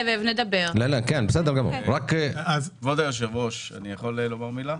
כבוד היושב-ראש, אני יכול לומר מילה?